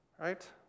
right